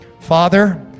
father